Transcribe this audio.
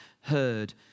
heard